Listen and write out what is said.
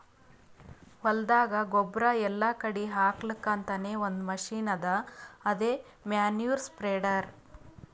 ಹೊಲ್ದಾಗ ಗೊಬ್ಬುರ್ ಎಲ್ಲಾ ಕಡಿ ಹಾಕಲಕ್ಕ್ ಅಂತಾನೆ ಒಂದ್ ಮಷಿನ್ ಅದಾ ಅದೇ ಮ್ಯಾನ್ಯೂರ್ ಸ್ಪ್ರೆಡರ್